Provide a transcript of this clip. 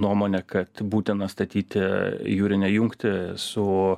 nuomonę kad būtina statyti jūrinę jungtį su